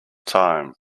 time